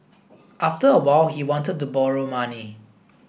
after a while he wanted to borrow money